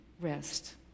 rest